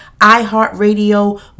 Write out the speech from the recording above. iHeartRadio